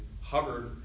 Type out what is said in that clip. hovered